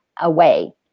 away